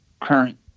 current